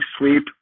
sleep